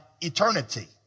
eternity